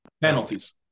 Penalties